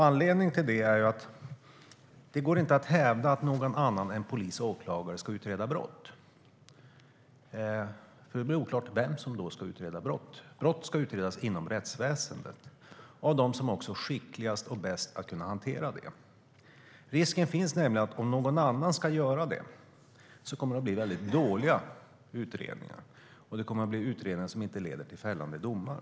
Anledningen är att det inte går att hävda att någon annan än polis och åklagare ska utreda brott, för då blir det oklart vem som ska utreda brott. Brott ska utredas inom rättsväsendet av dem som är skickligast och bäst på att hantera det. Risken finns nämligen att det kommer att bli dåliga utredningar om någon annan ska göra det, och att det kommer att bli utredningar som inte leder till fällande domar.